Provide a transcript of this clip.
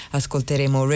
ascolteremo